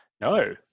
No